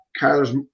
Kyler's